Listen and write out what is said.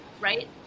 right